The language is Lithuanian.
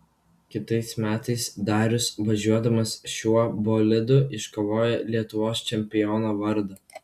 kitais metais darius važiuodamas šiuo bolidu iškovojo lietuvos čempiono vardą